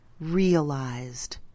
realized